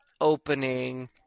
opening